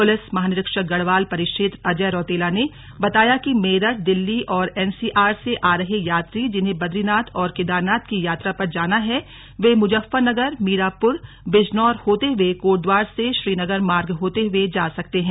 police महानिरीक्षक गढ़वाल परिक्षेत्र अजय रौतेला ने बताया कि मेरठ दिल्ली और एनसीआर से आ रहे यात्री जिन्हें बद्रीनाथ और केदारनाथ की यात्रा पर जाना है वे मुजफ्फरनगर मीरापुर बिजनौर होते हुए कोटद्वार से श्रीनगर मार्ग होते हुए जा सकते हैं